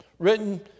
written